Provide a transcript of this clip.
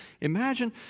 Imagine